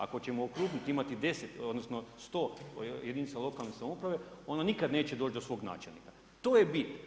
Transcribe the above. Ako ćemo u … imati 10 odnosno 100 jedinica lokalne samouprave onda nikad neće doći do svog načelnika, to je bit.